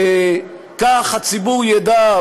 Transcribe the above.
כך הציבור ידע,